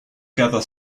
gather